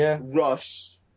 Rush